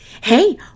Hey